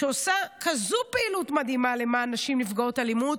שעושה כזאת פעילות מדהימה למען נשים נפגעות אלימות,